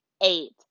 Eight